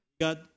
Got